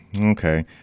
okay